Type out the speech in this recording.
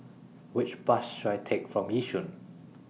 Which Bus should I Take from Yishun